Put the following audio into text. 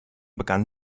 begann